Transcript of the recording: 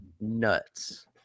nuts